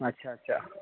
अच्छा अच्छा